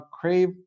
Crave